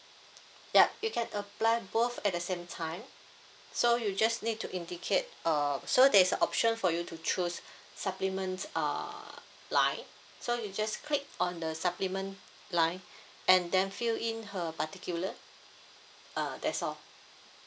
yup you can apply both at the same time so you just need to indicate uh so there's a option for you to choose supplements err line so you just click on the supplement line and then fill in her particular uh that's all